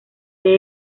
sede